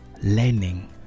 learning